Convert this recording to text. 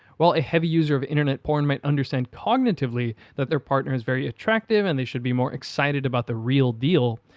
while a heavy user of internet porn might understand cognitively that their partner is very attractive and they should be more excited about the real deal,